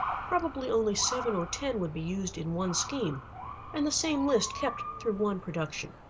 probably only seven or ten would be used in one scheme and the same list kept through one production.